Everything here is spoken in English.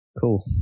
Cool